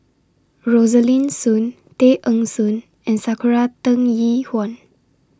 Rosaline Soon Tay Eng Soon and Sakura Teng Ying Hua